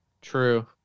true